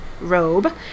robe